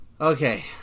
Okay